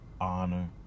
honor